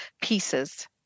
pieces